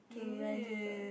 to rent the